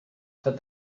that